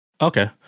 Okay